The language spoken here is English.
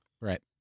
right